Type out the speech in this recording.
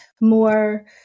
more